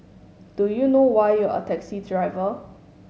do you know why you're a taxi driver